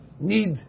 need